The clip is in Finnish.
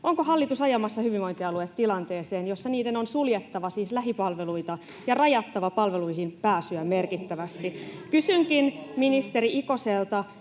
Onko hallitus ajamassa hyvinvointialueet tilanteeseen, jossa niiden on suljettava siis lähipalveluita ja rajattava palveluihin pääsyä merkittävästi? [Antti Kurvinen: